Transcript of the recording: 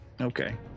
Okay